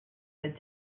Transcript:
said